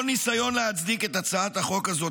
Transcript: כל ניסיון להצדיק את הצעת החוק הזאת